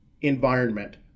environment